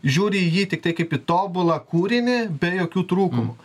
žiūri į jį tiktai kaip į tobulą kūrinį be jokių trūkumų